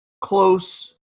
close